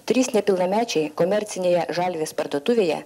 trys nepilnamečiai komercinėje žalvės parduotuvėje